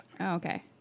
okay